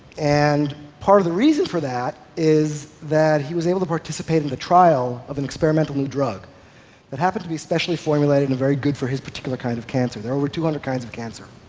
and part of the reason for that is that he was able to participate in the trial of an experimental new drug that happened to be specially formulated and very good for his particular kind of cancer. there are over two hundred kinds of cancer.